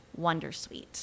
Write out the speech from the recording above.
wondersuite